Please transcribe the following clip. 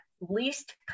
least